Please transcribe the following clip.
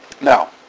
Now